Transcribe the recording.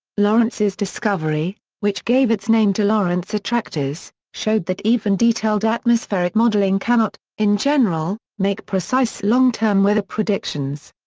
lorenz's discovery, which gave its name to lorenz attractors, showed that even detailed atmospheric modelling cannot, in general, make precise long-term weather predictions.